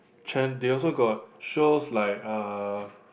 they also got shows like uh